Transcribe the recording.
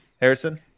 Harrison